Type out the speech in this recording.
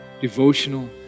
devotional